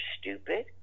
stupid